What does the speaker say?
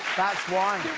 that's why!